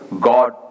God